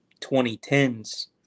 2010s